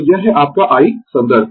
तो यह है आपका I संदर्भ